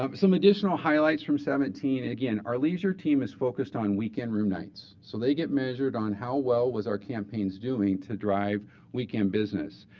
um some additional highlights from seventeen again, our leisure team is focused on weekend room nights, so they get measured on how well was our campaigns doing to drive weekend business.